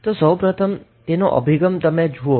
તો હવે તમે તેની દિશા કઈ રીતે મેળવશો